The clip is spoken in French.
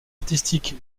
artistique